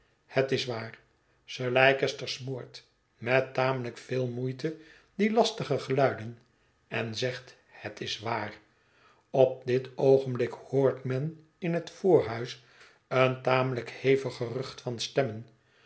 het is waar sir leicester smoort met tamelijk veel moeite die lastige geluiden en zegt het is waar op dit oogenblik hoort men in het voorhuis een tamelijk hevig gerucht van stemmen